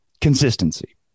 consistency